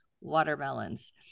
watermelons